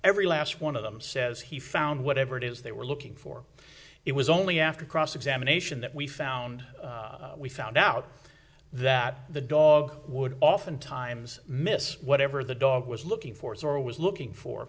every last one of them says he found whatever it is they were looking for it was only after cross examination that we found we found out that the dog would oftentimes miss whatever the dog was looking for is or was looking for